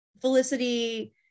felicity